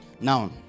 Now